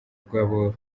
rwabo